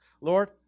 Lord